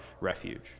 refuge